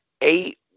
eight